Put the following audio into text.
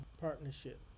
partnership